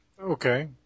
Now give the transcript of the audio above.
Okay